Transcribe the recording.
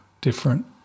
different